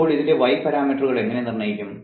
അപ്പോൾ ഇതിന്റെ y പാരാമീറ്ററുകൾ എങ്ങനെ നിർണ്ണയിക്കും